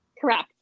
Correct